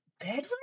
bedroom